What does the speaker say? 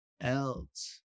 else